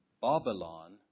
Babylon